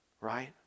right